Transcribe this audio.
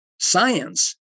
science